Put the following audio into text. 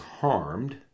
harmed